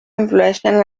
influïxen